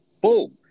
boom